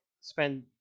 spend